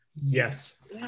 yes